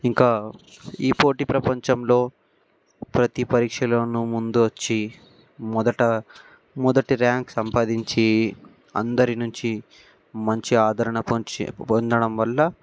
ఇంకా ఈ పోటీ ప్రపంచంలో ప్రతి పరీక్షలోనూ ముందొచ్చి మొదట మొదటి ర్యాంకు సంపాదించి అందరి నుంచి మంచి ఆదరణ పొంచి పొందడం వల్ల